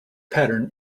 pattern